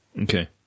okay